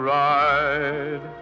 ride